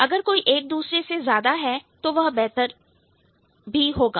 अगर कोई एक दूसरे से ज्यादा है तो वह बेहतर भी होगा